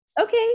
okay